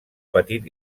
petit